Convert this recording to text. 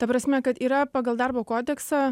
ta prasme kad yra pagal darbo kodeksą